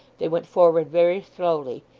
they went forward very slowly,